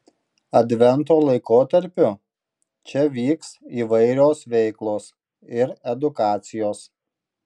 advento laikotarpiu čia vyks įvairios veiklos ir edukacijos